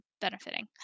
benefiting